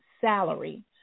salary